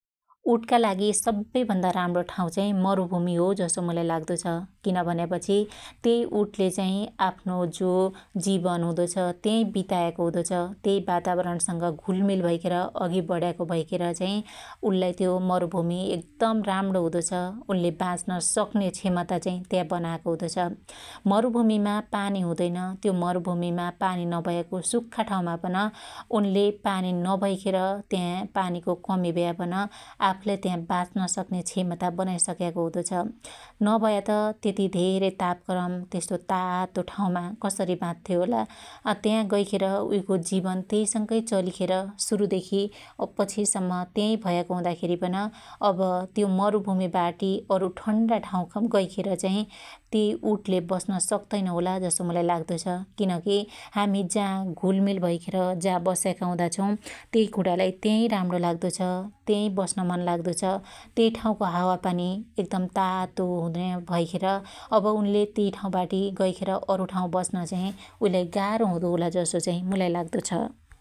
उटका लागि सबै भन्दा राम्रो ठाँउ चाही मरुभुमी हो जसो मुलाई लाग्दो छ । किन भन्यापछि त्यई उटले चाहि आफ्नो जो जीवन हुदो छ त्यई बितायको हुदो छ । त्यई वातावरण स‌ग घलमील भैखेर अघि बढ्याको भैखेर चाहि उल्लाई त्यो मरुभुमि एकदम राम्णो हुदो छ । उनले बाच्न सक्न्या क्षमता चाहि त्या बनायाको हुदो छ । मरुभुमीमा पानि हुदैन त्यो मरुभुमिमा पानि नभयाको सख्खा ठाँउमा पन उनले पानि नभैखेर त्या पानीको कमि भयापन आफुलाई त्या बाच्न सक्न्या क्षमता बनाइसक्याको हुदो छ । नभएत त्यति धेरै तापक्रम त्यसो तातो ठाँउमा कसरी बाच्थ्यो होला, त्या गैखेर उईको जीवन त्यइसंग चलिखेर सुरुदेखि पछि सम्म त्याई भयाको हुदाखेरी पन अब त्यो मरुभुमि बाटी अरु ठन्डाठाँउ गैखेर चाहि त्यई उटले बस्न सक्तैन होला जसो मुलाई लाग्दो छ । किनकि हामि जा घुलमिल भैखेर बस्याका हुदा छौ त्यई कुणालाई त्याइ राम्रो लाग्दो छ । त्याइ बस्न मन लाग्दो छ । त्यइ ठाँउको हावा पानी एकदम तातो हुन्या भैखेर अब उनले त्यइ ठाँउबाटी गैखेर अरु ठाँउ बस्न चाहि उइलाइ गार्हो हुदो होला जसो चाहि मुलाई लाग्दो छ ।